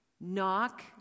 Knock